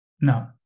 No